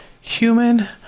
human